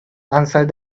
answered